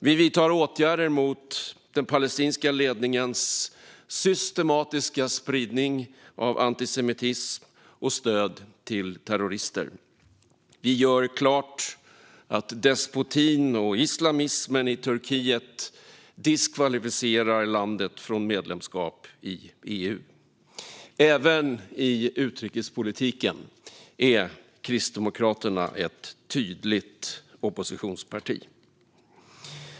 Vi vidtar åtgärder mot den palestinska ledningens systematiska spridning av antisemitism och stöd till terrorister. Vi gör klart att despotin och islamismen i Turkiet diskvalificerar landet från medlemskap i EU. Även i utrikespolitiken är Kristdemokraterna ett tydligt oppositionsparti.